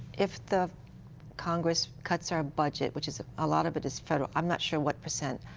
if the congress cuts our budget, which is a ah lot of it is federal, i'm not sure what percent,